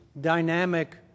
dynamic